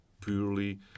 purely